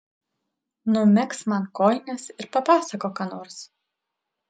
numegzk man kojines ir papasakok ką nors